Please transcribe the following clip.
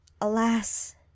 alas